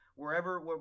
Wherever